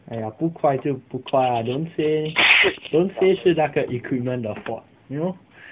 !aiya! 不快就不快 then say don't say 是那个 equipment 的 fault you know